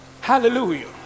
Hallelujah